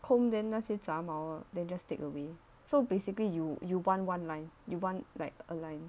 comb then 那些杂毛 then just take away so basically you you want one line you want like a line